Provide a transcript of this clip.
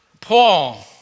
Paul